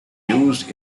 used